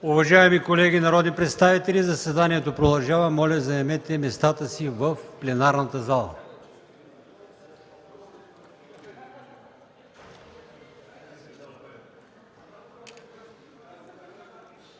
Уважаеми колеги народни представители, заседанието продължава. Моля, заемете местата си в пленарната зала.